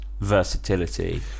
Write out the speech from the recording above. versatility